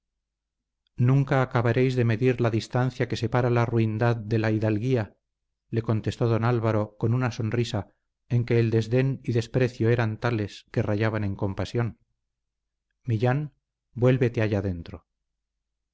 nunca acabaréis de medir la distancia que separa la ruindad de la hidalguía le contestó don álvaro con una sonrisa en que el desdén y desprecio eran tales que rayaban en compasión millán vuélvete allá dentro